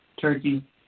turkey